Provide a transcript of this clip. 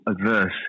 adverse